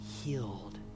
healed